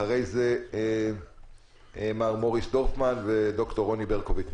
אחרי זה מר מוריס דורפמן ודוקטור רוני ברקוביץ.